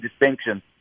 distinction